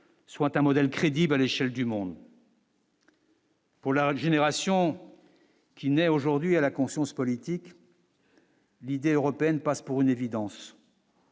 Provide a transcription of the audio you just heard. soit un modèle crédible à l'échelle du monde. Pour la régénération qui naît aujourd'hui à la conscience politique. L'idée européenne passe pour une évidence.